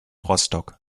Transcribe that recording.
rostock